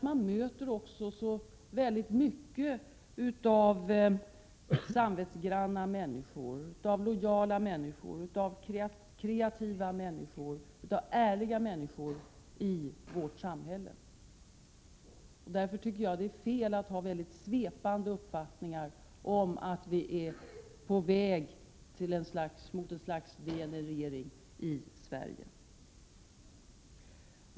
Man möter ju också så mycket av samvetsgranna, lojala, kreativa och ärliga människor i vårt samhälle. Därför tycker jag det är fel att ha mycket svepande uppfattningar om att vi är på väg mot ett slags degenerering i Sverige.